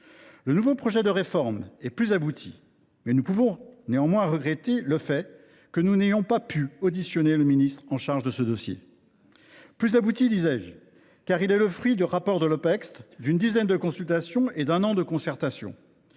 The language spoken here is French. Le nouveau projet de réforme est plus abouti ; nous pouvons néanmoins regretter que nous n’ayons pu auditionner le ministre chargé de ce dossier. Il est plus abouti, disais je, car il est le fruit du rapport de l’Opecst, d’une dizaine de consultations et d’un an de concertation.